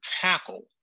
tackle